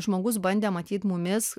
žmogus bandė matyt mumis